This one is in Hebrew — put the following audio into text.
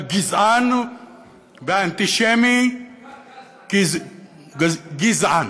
הגִזען והאנטישמי, גַזען.